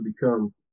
become